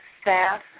staff